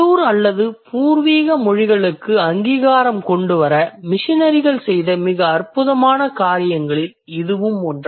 உள்ளூர் அல்லது பூர்வீக மொழிகளுக்கு அங்கீகாரம் கொண்டு வர மிசனரிகள் செய்த மிக அற்புதமான காரியங்களில் இதுவும் ஒன்று